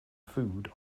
food